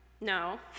No